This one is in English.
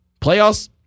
Playoffs